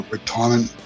retirement